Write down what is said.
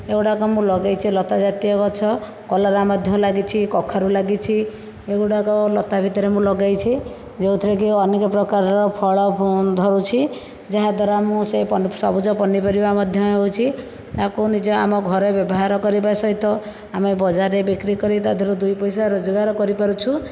ଏଗୁଡ଼ାକ ମୁଁ ଲଗେଇଛି ଲତା ଜାତୀୟ ଗଛ କଲରା ମଧ୍ୟ ଲାଗିଛି କଖାରୁ ଲାଗିଛି ଏଗୁଡ଼ାକ ଲତା ଭିତରେ ମୁଁ ଲଗେଇଛି ଯୋଉଥିରେକି ଅନେକ ପ୍ରକାରର ଫଳ ଧରୁଛି ଯାହାଦ୍ୱାରା ମୁଁ ସେ ସବୁଜ ପନିପରିବା ମଧ୍ୟ ହେଉଛି ତାକୁ ନିଜେ ଆମ ଘରେ ବ୍ୟବହାର କରିବା ସହିତ ଆମେ ବଜାରରେ ବିକ୍ରି କରି ତା'ଦେହରୁ ଦୁଇ ପଇସା ରୋଜଗାର କରିପାରୁଛୁ